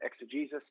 exegesis